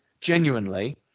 genuinely